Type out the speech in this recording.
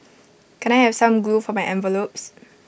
can I have some glue for my envelopes